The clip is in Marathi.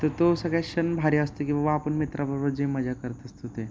तर तो सगळे क्षण भारी असतो की बाबा आपण मित्राबरोबर जे मजा करत असतो ते